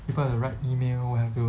people have to write email will have to